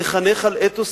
לחנך על אתוס